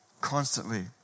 constantly